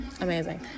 Amazing